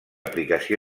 aplicació